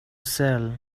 sell